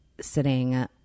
sitting